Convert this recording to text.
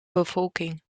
bevolking